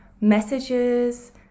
messages